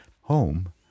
home